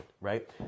right